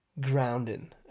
grounding